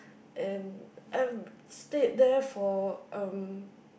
and I've stayed there for um